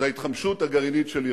זה ההתחמשות הגרעינית של אירן.